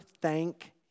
thank